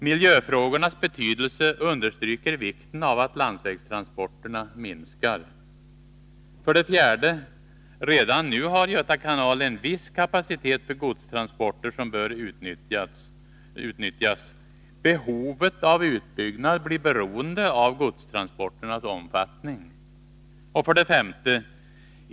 Miljöfrågornas betydelse understryker vikten av att landsvägstransporterna minskar. 4, Redan nu har Göta kanal en viss kapacitet för godstransporter som bör utnyttjas. Behovet av utbyggnad blir beroende av godstransporternas omfattning. 5.